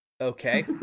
okay